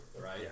right